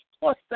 plus